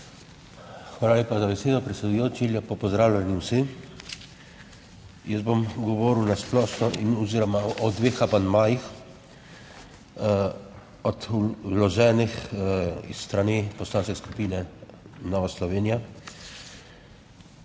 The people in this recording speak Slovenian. Hvala lepa za besedo, predsedujoči. Lepo pozdravljeni vsi! Jaz bom govoril na splošno oziroma o dveh amandmajih od vloženih s strani Poslanske skupine Nova Slovenija.